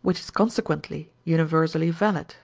which is consequently universally valid